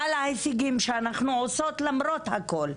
על ההישגים שאנחנו עושות למרות הכל.